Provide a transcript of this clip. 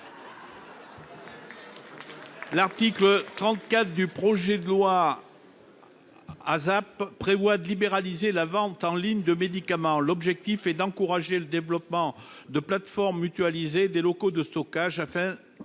l'action publique, dit ASAP, prévoit de libéraliser la vente en ligne de médicaments. L'objectif est d'encourager le développement de plateformes mutualisées et des locaux de stockage afin